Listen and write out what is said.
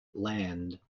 land